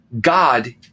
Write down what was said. God